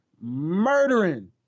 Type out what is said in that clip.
murdering